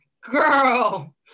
Girl